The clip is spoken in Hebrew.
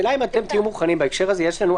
בהקשר הזה,